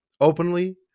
openly